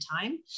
time